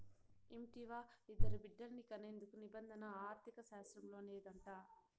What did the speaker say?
ఇంటివా, ఇద్దరు బిడ్డల్ని కనేందుకు నిబంధన ఈ ఆర్థిక శాస్త్రంలోనిదేనంట